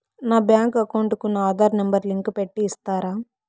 నా bank account కు నా ఆధార్ నెంబర్ లింకు పెట్టి ఇస్తారా?